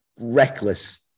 reckless